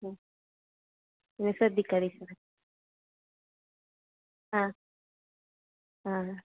ഇനി ശ്രദ്ധിക്കാം ടീച്ചറെ ആ ആ